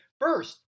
first